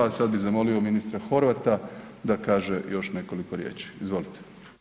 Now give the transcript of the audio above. A sad bi zamolio ministra Horvata da kaže još nekoliko riječi, izvolite.